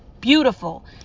beautiful